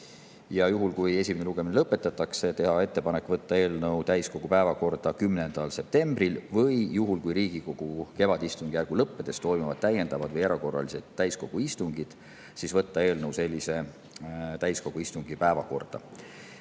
ja juhul, kui esimene lugemine lõpetatakse, teha ettepanek võtta eelnõu täiskogu päevakorda 10. septembril või juhul, kui Riigikogu kevadistungjärgu lõppedes toimuvad täiendavad või erakorralised täiskogu istungid, võtta eelnõu sellise täiskogu istungi päevakorda.